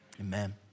amen